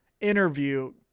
interview